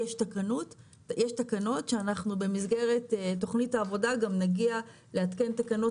יש תקנות שאנחנו במסגרת תוכנית העבודה גם נגיע לעדכן תקנות